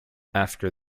after